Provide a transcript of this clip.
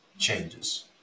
changes